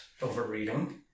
overreading